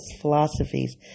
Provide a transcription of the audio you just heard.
philosophies